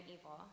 evil